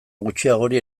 gutxiagori